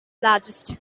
largest